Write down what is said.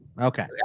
Okay